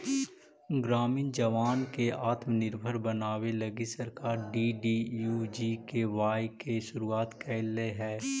ग्रामीण जवान के आत्मनिर्भर बनावे लगी सरकार डी.डी.यू.जी.के.वाए के शुरुआत कैले हई